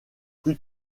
plus